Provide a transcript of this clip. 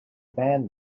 band